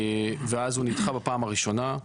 ואז הוא נדחה בפעם הראשונה,